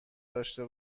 داشته